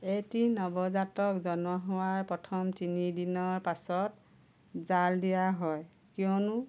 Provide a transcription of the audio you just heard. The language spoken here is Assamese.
এটি নৱজাতক জন্ম হোৱাৰ প্ৰথম তিনি দিনৰ পাছত জাল দিয়া হয় কিয়নো